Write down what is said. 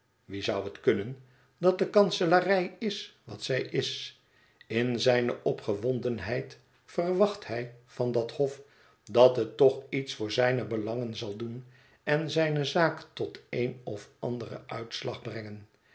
dat de kanselarij is wat zij is in zijne opgewondenheid verwacht hij van dat hof dat het toch iets voor zijne belangen zal doen en zijne zaak tot een of anderen uitslag brengen